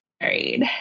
married